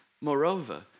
Moreover